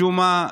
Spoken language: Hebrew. משום מה,